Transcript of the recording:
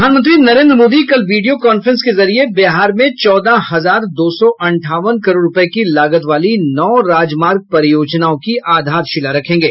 प्रधानमंत्री नरेंद्र मोदी कल video conference के जरिए बिहार में चौदह हजार दो सौ अंठावन करोड़ रूपये की लागत वाली नौ राजमार्ग परियोजनाओं की आधारशिला रखेंगे